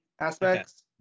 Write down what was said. aspects